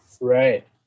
Right